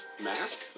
Mask